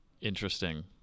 Interesting